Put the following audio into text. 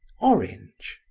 orange,